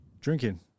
drinking